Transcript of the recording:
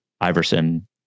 Iverson